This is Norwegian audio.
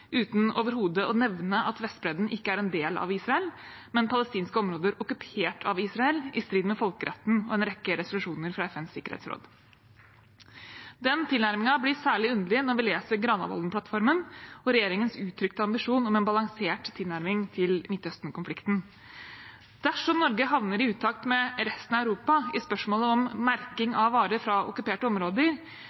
uten overhodet å nevne at Vestbredden ikke er en del av Israel, men palestinske områder okkupert av Israel i strid med folkeretten og en rekke resolusjoner fra FNs sikkerhetsråd. Den tilnærmingen blir særlig underlig når vi leser Granavolden-plattformen og regjeringens uttrykte ambisjon om en balansert tilnærming til Midtøsten-konflikten. Dersom Norge havner i utakt med resten av Europa i spørsmålet om merking av varer fra okkuperte områder,